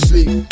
Sleep